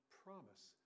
promise